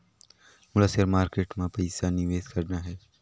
मोला share market मां पइसा निवेश करना हे?